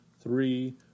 three